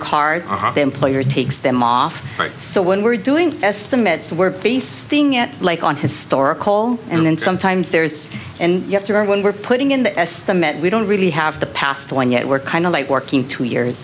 car the employer takes them off so when we're doing estimates were pasting it like on historical and then sometimes there is and you have to when we're putting in the estimate we don't really have the past one yet we're kind of like working two years